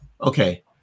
okay